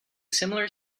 similar